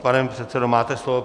Pane předsedo, máte slovo.